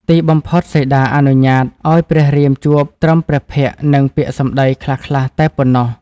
ទីបំផុតសីតាអនុញ្ញាតឱ្យ ព្រះរាមជួបត្រឹមព្រះភក្ត្រនិងពាក្យសំដីខ្លះៗតែប៉ុណ្ណោះ។